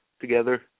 together